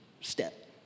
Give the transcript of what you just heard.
step